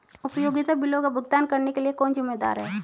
उपयोगिता बिलों का भुगतान करने के लिए कौन जिम्मेदार है?